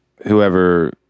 whoever